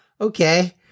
okay